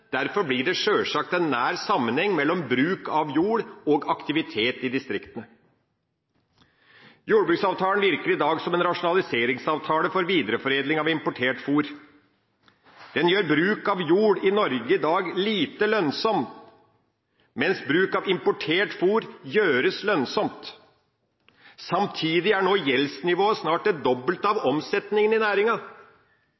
Derfor blir det sjølsagt en nær sammenheng mellom bruk av jord og aktivitet i distriktene. Jordbruksavtalen virker i dag som en rasjonaliseringsavtale for videreforedling av importert fôr. Den gjør bruk av jord i Norge i dag lite lønnsom, mens bruk av importert fôr gjøres lønnsomt. Samtidig er nå gjeldsnivået snart det dobbelte av